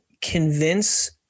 Convince